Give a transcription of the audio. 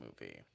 movie